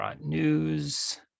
news